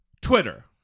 Twitter